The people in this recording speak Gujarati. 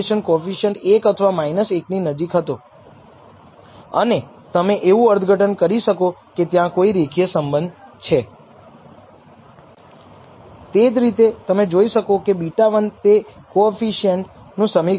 આ તફાવત જો મેં કહ્યું તેટલું મોટું હોય તો આપણે ખરેખર કહી શકીએ કે તે નલ પૂર્વધારણાને બદલે વૈકલ્પિક પૂર્વધારણા સાથે જવા યોગ્ય છે